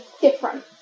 different